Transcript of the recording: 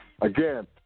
Again